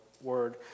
word